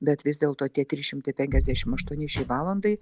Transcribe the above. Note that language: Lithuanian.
bet vis dėlto tie trys šimtai penkiasdešimt aštuoni šiai valandai